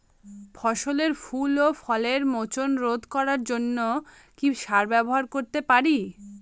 ফসলের ফুল ও ফলের মোচন রোধ করার জন্য কি সার ব্যবহার করতে পারি?